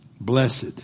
Blessed